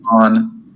on